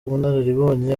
ubunararibonye